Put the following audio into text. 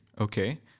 okay